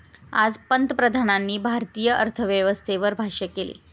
आज पंतप्रधानांनी भारतीय अर्थव्यवस्थेवर भाष्य केलं